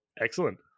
Excellent